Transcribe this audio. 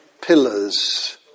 Pillars